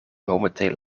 momenteel